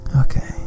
Okay